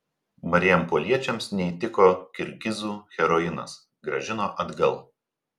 marijampoliečiams neįtiko kirgizų heroinas grąžino atgal